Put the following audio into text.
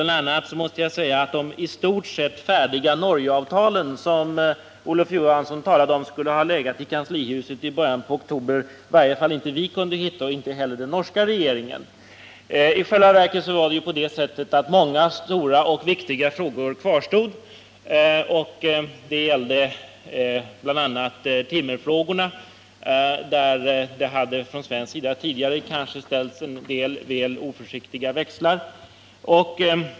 Det i stort sett färdiga Norgeavtal som enligt Olof Johansson skulle ha legat i kanslihuset i början av oktober kunde i varje fall inte vi hitta och inte heller den norska regeringen. I själva verket kvarstod många stora och viktiga frågor; det gälllde bl.a. timmerfrågorna, där man från svensk sida tidigare ställt ut en del väl oförsiktiga växlar.